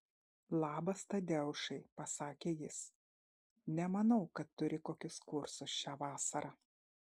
labas tadeušai pasakė jis nemanau kad turi kokius kursus šią vasarą